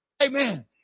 Amen